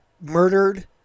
murdered